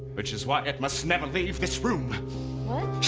which is why it must never leave its room what?